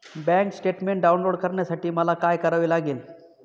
Bank statement download करण्यासाठी मला काय करावे लागेल?